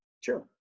Sure